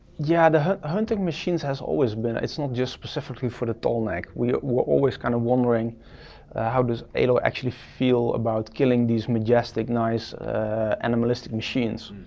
yeah, the hunting machines has always been, it's not just specifically for the tall neck. we were always kind of wondering how does aloy actually feel about killing these majestic, nice animalistic machines.